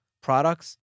products